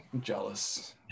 Jealous